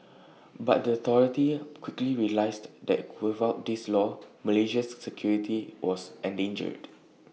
but the authorities quickly realised that without this law Malaysia's security was endangered